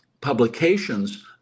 publications